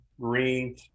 green